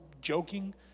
joking